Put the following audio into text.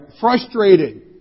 Frustrated